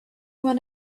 when